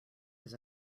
his